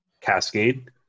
Cascade